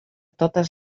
totes